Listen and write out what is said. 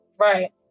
Right